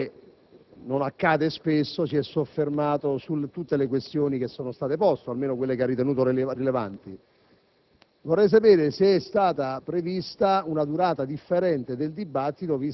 per la verità, il tono dell'intervento del relatore, che - non accade spesso - si è soffermato su tutte le questioni che sono state poste, almeno su quelle che ha ritenuto rilevanti.